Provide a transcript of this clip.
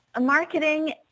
marketing